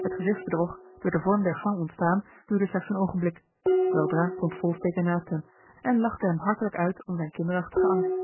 het gezichtsbedrog door den vorm der gang ontstaan duurde slechts een oogenblik weldra stond volsteke naast hem en lachte hem hartelijk uit om zijn kinderachtigen angst